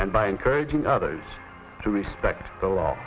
and by encouraging others to respect the law